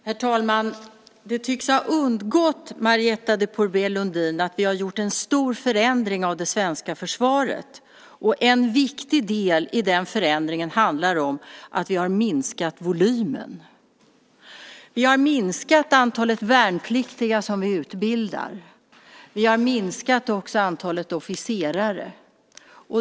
Herr talman! Det tycks ha undgått Marietta de Pourbaix-Lundin att vi gjort en stor förändring av det svenska försvaret. En viktig del i den förändringen handlar om att vi har minskat volymen. Vi har minskat antalet värnpliktiga som vi utbildar. Vi har också minskat antalet officerare.